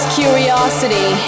curiosity